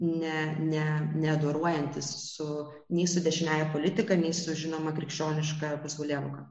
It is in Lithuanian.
ne ne neadoruojantis su nei su dešiniąja politika nei su žinoma krikščioniška pasaulėvoka